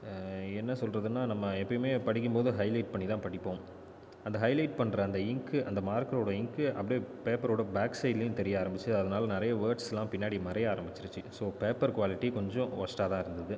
என்ன சொல்கிறதுன்னா நம்ம எப்போயுமே படிக்கும் போது ஹைலைட் பண்ணி தான் படிப்போம் அந்த ஹைலைட் பண்ணுற அந்த இங்க்கு அந்த மார்க்கரோட இங்க்கு அப்படியே பேப்பர் ஓட பேக் சைடுலேயும் தெரிய ஆரம்பித்து அதனால் நிறைய வேர்ட்ஸ் எல்லாம் பின்னாடி மறைய ஆரம்பிச்சுடுச்சு ஸோ பேப்பர் குவாலிட்டி கொஞ்சம் ஒர்ஸ்ட்டாக தான் இருந்தது